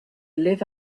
live